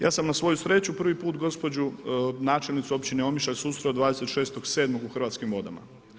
Ja sam na svoju sreću prvi put gospođu načelnicu općine Omišalj susreo 26.7. u Hrvatskim vodama.